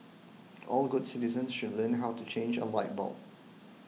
all good citizens should learn how to change a light bulb